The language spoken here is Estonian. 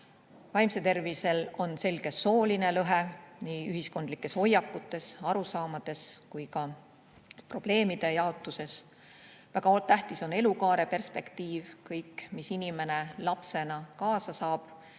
Vaimsel tervisel on selge sooline lõhe nii ühiskondlikes hoiakutes, arusaamades kui ka probleemide jaotuses. Väga tähtis on elukaare perspektiiv: kõik, mis inimene lapsena kaasa saab